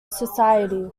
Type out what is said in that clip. society